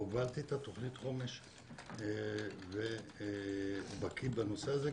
הובלתי את תוכנית החומש ואני בקי בנושא הזה.